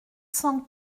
cent